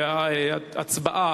והצבעה,